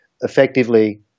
effectively